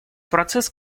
процесс